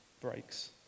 breaks